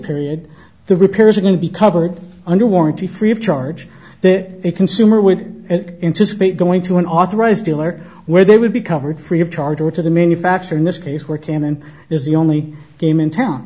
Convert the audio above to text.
period the repairs are going to be covered under warranty free of charge that a consumer would take into space going to an authorized dealer where they would be covered free of charge or to the manufacturer in this case where canon is the only game in town